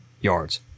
yards